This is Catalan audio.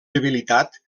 debilitat